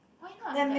why not get